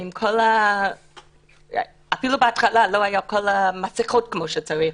בהתחלה אפילו לא היו מסכות כמו שצריך,